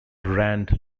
rand